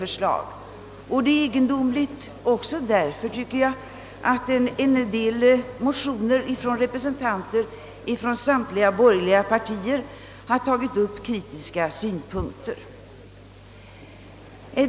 Det är egendomligt också därför att det i en del motioner från samtliga borgerliga partier anförts kritiska synpunkter på förslaget.